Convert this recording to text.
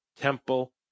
temple